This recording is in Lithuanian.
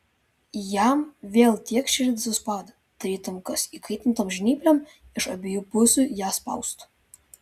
jam vėl tiek širdį suspaudė tarytum kas įkaitintom žnyplėm iš abiejų pusių ją spaustų